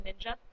Ninja